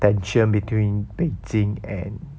tension between beijing and